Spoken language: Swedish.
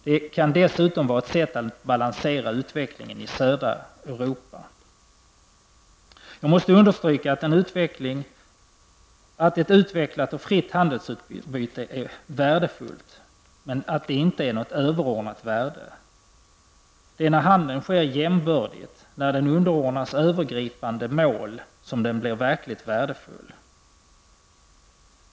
Det kan dessutom vara ett sätt att balansera utvecklingen i södra Europa. Jag måste understryka att ett utvecklat och fritt handelsutbyte är värdefullt, men att det inte är av något överordnat värde. Det är när handeln sker jämbördigt, när den underordnas övergripande mål, som den blir verkligt värdefull!